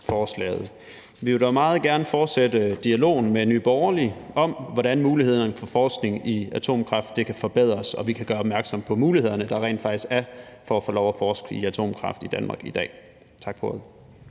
Vi vil dog meget gerne fortsætte dialogen med Nye Borgerlige om, hvordan mulighederne for forskning i atomkraft kan forbedres, og hvordan vi kan gøre opmærksom på mulighederne, der rent faktisk er for at få lov at forske i atomkraft i Danmark i dag. Tak for ordet.